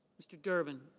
mr. durbin.